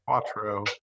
Quattro